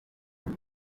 joué